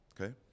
Okay